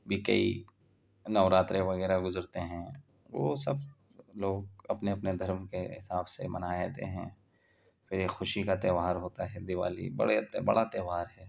بھی کئی نوراترے وغیرہ گزرتے ہیں وہ سب لوگ اپنے اپنے دھرم کے حساب سے منا لیتے ہیں پھر یہ خوشی کا تیوہار ہوتا ہے دیوالی بڑے بڑا تیوہار ہے